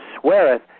sweareth